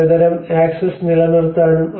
ചിലതരം ആക്സസ് നിലനിർത്താനും